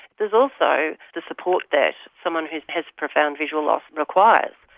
there is also the support that someone who has profound visual loss requires,